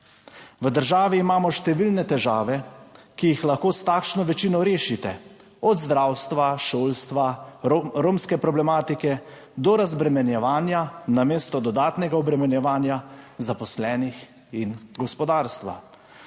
V državi imamo številne težave, ki jih lahko s takšno večino rešite, od zdravstva, šolstva, romske problematike do razbremenjevanja, namesto dodatnega obremenjevanja zaposlenih in gospodarstva.